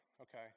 okay